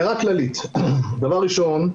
הערה כללית: דבר ראשון,